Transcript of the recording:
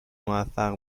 موفق